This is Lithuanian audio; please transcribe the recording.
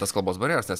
tas kalbos barjeras nes